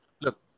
look